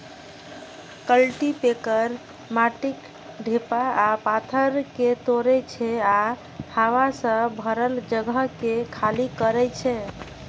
cultipacker माटिक ढेपा आ पाथर कें तोड़ै छै आ हवा सं भरल जगह कें खाली करै छै